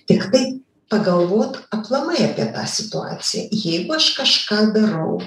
tiktai pagalvot aplamai apie tą situaciją jeigu aš kažką darau